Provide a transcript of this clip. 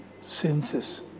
senses